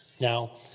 Now